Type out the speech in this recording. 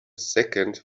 second